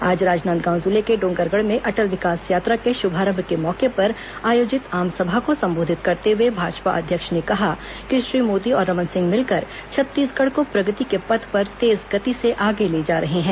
आज राजनादगाव जिले के डोंगरगढ़ में अटल विकास यात्रा के शुभारंभ के मौके पर आयोजित आमसभा को संबोधित करते हुए भाजपा अध्यक्ष ने कहा कि श्री मोदी और रमन सिंह मिलकर छत्तीसगढ़ को प्रगति के पथ पर तेज गति से आगे ले जा रहे हैं